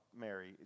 Mary